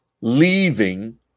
leaving